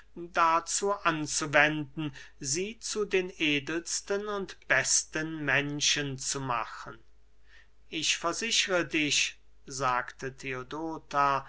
dazu anzuwenden sie zu den edelsten und besten menschen zu machen ich versichre dich sagte